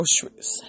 groceries